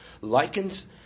likens